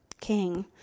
king